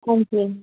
okay